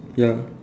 ya